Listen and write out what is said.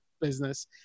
business